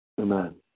Amen